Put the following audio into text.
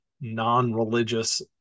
non-religious